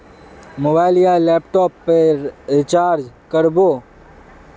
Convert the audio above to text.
Mobile या laptop पेर recharge कर बो?